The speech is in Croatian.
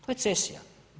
To je cesija.